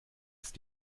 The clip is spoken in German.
ist